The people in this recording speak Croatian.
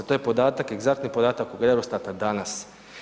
To je podatak, egzaktni podatak od Eurostata danas.